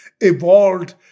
evolved